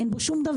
אין שום דבר.